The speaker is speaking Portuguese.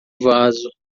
vaso